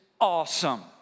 awesome